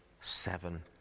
seven